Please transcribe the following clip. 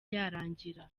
yarangira